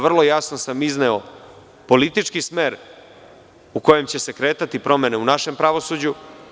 Vrlo jasno sam izneo politički smer u kojem će se kretati promene u našem pravosuđu.